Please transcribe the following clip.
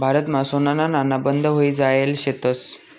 भारतमा सोनाना नाणा बंद व्हयी जायेल शेतंस